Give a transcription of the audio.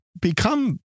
become